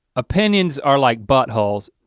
opinions are like buttholes,